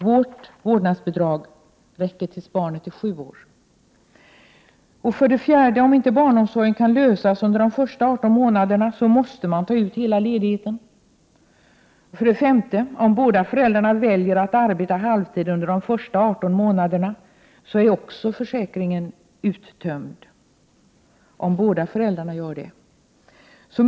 Vårt vårdnadsbidrag gäller tills barnet är sju år. 4. Om barnomsorgsfrågan inte kan lösas under de första 18 månaderna måste man ta ut hela ledigheten. 5. Om båda föräldrarna väljer att arbeta halvtid under de första 18 månaderna så är försäkringen också uttömd.